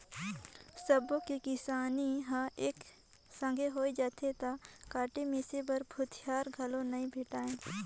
सबो के किसानी हर एके संघे होय जाथे त काटे मिसे बर भूथिहार घलो नइ भेंटाय